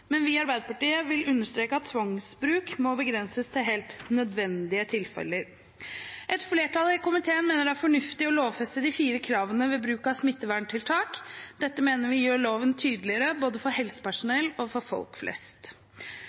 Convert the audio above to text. men vi i Arbeiderpartiet vil understreke at tvangsbruk må begrenses til helt nødvendige tilfeller. Et flertall i komiteen mener det er fornuftig å lovfeste de fire kravene ved bruk av smitteverntiltak. Dette mener vi gjør loven tydeligere både for helsepersonell og for folk flest.